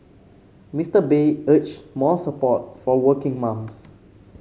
Mister Bay urged more support for working mums